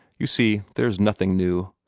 you see, there is nothing new.